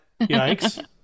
Yikes